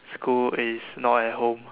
school is not at home